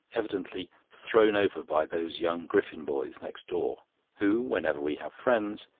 evidently thrown over by those young griffin boys next door who, whenever we have friends,